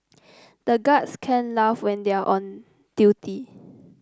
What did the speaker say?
the guards can't laugh when they are on duty